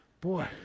boy